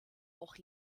auch